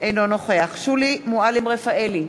אינו נוכח שולי מועלם-רפאלי,